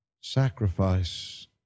sacrifice